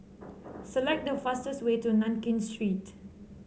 select the fastest way to Nankin Street